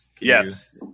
Yes